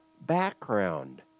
background